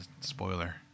spoiler